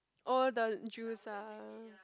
oh the juice ah